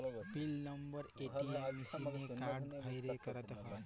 পিল number ATM মিশিলে card ভ্যইরে ক্যইরতে হ্যয়